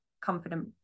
confident